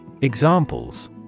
Examples